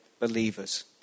believers